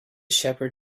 shepherd